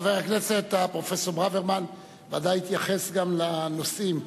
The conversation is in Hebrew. חבר הכנסת הפרופסור ברוורמן ודאי יתייחס גם לנושאים